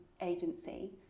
agency